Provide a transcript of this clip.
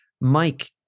Mike